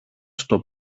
στο